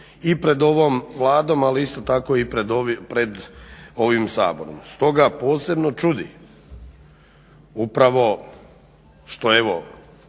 i pred ovom Vladom, ali isto tako i pred ovim Saborom. Stoga posebno čudi upravo što evo